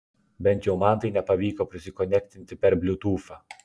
bent jau man tai nepavyko prisikonektinti per bliutūfą